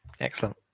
Excellent